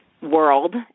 world